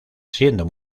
siendo